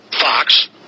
Fox